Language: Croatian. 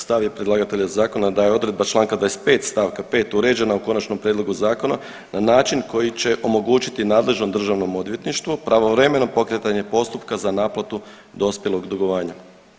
Stav je predlagatelja zakona da je odredba članka 25. stavka 5. uređena u konačnom prijedlogu zakona na način koji će omogućiti nadležnom Državnom odvjetništvu pravovremeno pokretanje postupka za naplatu dospjelog dugovanja.